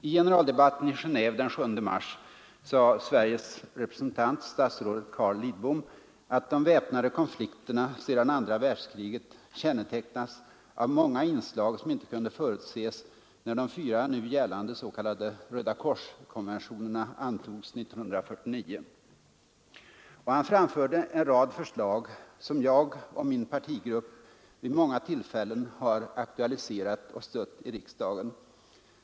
I generaldebatten i Genéve den 7 mars sade Sveriges representant, statsrådet Carl Lidbom, att de väpnade konflikterna sedan andra världskriget kännetecknats av många inslag som inte kunde förutses när de fyra nu gällande s.k. Röda kors-konventionerna antogs 1949. Och han framförde en rad förslag som jag och min partigrupp vid många tillfällen har aktualiserat och stött i riksdagen.